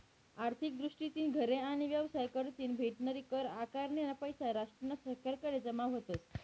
आर्थिक दृष्टीतीन घरे आणि येवसाय कढतीन भेटनारी कर आकारनीना पैसा राष्ट्रना सरकारकडे जमा व्हतस